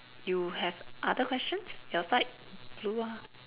you have other questions your side blue ah